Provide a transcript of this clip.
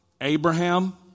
Abraham